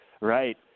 Right